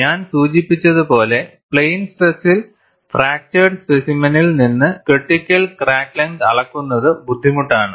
ഞാൻ സൂചിപ്പിച്ചതുപോലെ പ്ലെയിൻ സ്ട്രെസ്സിൽ ഫ്രാക്ചർഡ് സ്പെസിമെനിൽ നിന്ന് ക്രിട്ടിക്കൽ ക്രാക്ക് ലെങ്ത് അളക്കുന്നത് ബുദ്ധിമുട്ടാണ്